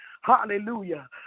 Hallelujah